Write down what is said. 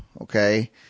okay